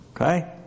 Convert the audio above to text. okay